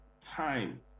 time